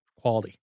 quality